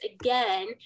again